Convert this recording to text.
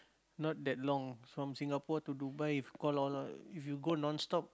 not that long from Singapore to Dubai if if you go non-stop